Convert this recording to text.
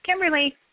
Kimberly